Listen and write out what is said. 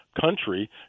country